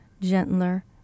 gentler